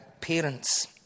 parents